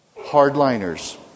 hardliners